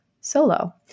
solo